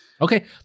Okay